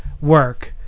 work